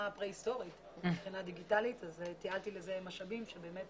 פרה-היסטורית מבחינה דיגיטלית ולכן תיעלתי לזה משאבים שבאמת